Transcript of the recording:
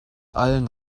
allen